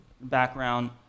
background